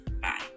Bye